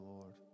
Lord